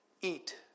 eat